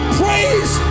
praise